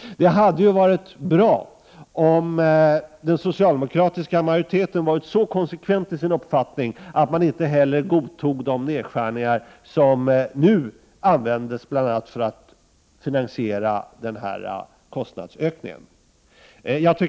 Det hade varit bra om den socialdemokratiska majoriteten varit så konsekvent i sitt ställningstagande att den inte godtagit de nedskärningar som nu görs för att bl.a. finansiera den här kostnadsökningen.